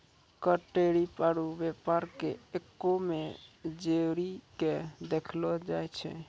कर टैरिफ आरू व्यापार के एक्कै मे जोड़ीके देखलो जाए छै